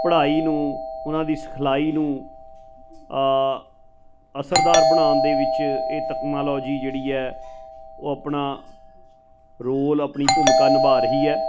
ਪੜ੍ਹਾਈ ਨੂੰ ਉਹਨਾਂ ਦੀ ਸਿਖਲਾਈ ਨੂੰ ਅਸਰਦਾਰ ਬਣਾਉਣ ਦੇ ਵਿੱਚ ਇਹ ਤਕਨਾਲੋਜੀ ਜਿਹੜੀ ਹੈ ਉਹ ਆਪਣਾ ਰੋਲ ਆਪਣੀ ਭੂਮਿਕਾ ਨਿਭਾ ਰਹੀ ਹੈ